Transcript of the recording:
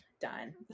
done